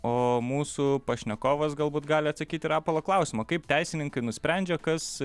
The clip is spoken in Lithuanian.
o mūsų pašnekovas galbūt gali atsakyt į rapolo klausimą kaip teisininkai nusprendžia kas